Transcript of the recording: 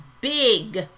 big